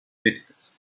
críticas